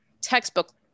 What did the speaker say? textbook